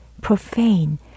profane